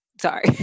sorry